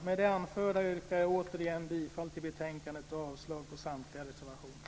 Med det anförda yrkar jag återigen bifall till utskottets hemställan och avslag på samtliga reservationer.